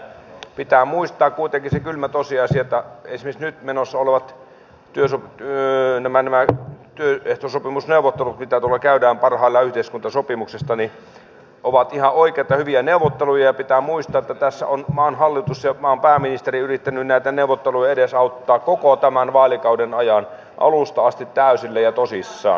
pitää muistaa kuitenkin se kylmä tosiasia että esimerkiksi nyt menossa olevat työehtosopimusneuvottelut joita käydään parhaillaan yhteiskuntasopimuksesta ovat ihan oikeita hyviä neuvotteluja ja pitää muistaa että tässä ovat maan hallitus ja maan pääministeri yrittäneet näitä neuvotteluja edesauttaa koko tämän vaalikauden ajan alusta asti täysillä ja tosissaan